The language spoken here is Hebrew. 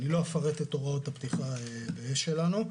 אני לא אפרט את הוראות הפתיחה באש שלנו.